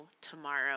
tomorrow